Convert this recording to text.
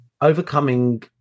overcoming